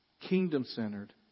kingdom-centered